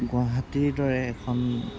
গুৱাহাটীৰ দৰে এখন